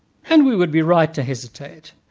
and we would be right to hesitate,